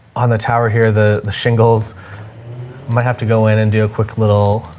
on the tower here, the, the shingles might have to go in and do a quick little